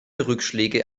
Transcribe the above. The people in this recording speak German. rückschläge